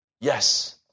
Yes